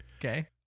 Okay